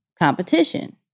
competition